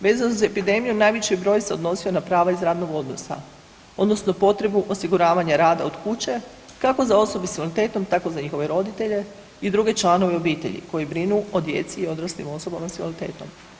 Vezano uz epidemiju, najveći broj se odnosio na prava iz radnog odnosa, odnosno potrebu osiguravanja rada od kuće, kako za osobe s invaliditetom, tako za njihove roditelje i druge članove obitelji, koji brinu o djeci i odraslim osobama s invaliditetom.